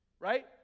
right